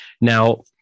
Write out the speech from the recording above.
Now